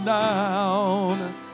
down